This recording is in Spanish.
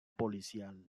policial